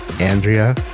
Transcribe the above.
Andrea